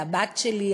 על הבת שלי,